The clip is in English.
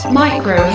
micro